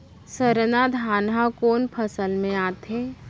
सरना धान ह कोन फसल में आथे?